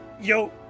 Yo